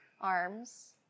arms